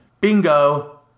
Bingo